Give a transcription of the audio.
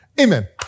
Amen